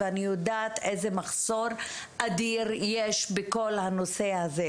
ואני יודעת איזה מחסור אדיר יש בכל הנושא הזה,